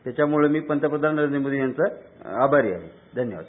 त्याच्यामुळे मी नरेंद्र मोदी यांचा आभारी आहे धन्यवाद